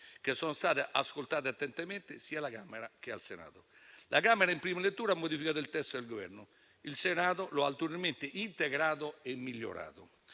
che sono state ascoltate attentamente sia alla Camera che al Senato. La Camera in prima lettura ha modificato il testo del Governo, il Senato lo ha ulteriormente integrato e migliorato.